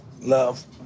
Love